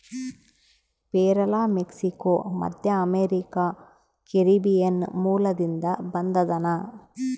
ಪೇರಲ ಮೆಕ್ಸಿಕೋ, ಮಧ್ಯಅಮೇರಿಕಾ, ಕೆರೀಬಿಯನ್ ಮೂಲದಿಂದ ಬಂದದನಾ